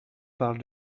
parle